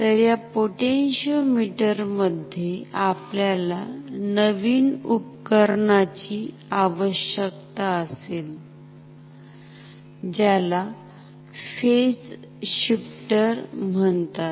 तर या पोटॅन्शिओमिटर मध्ये आपल्याला नवीन उपकरणाची आवश्यकता असेल ज्याला फेज शिफ्टर म्हणतात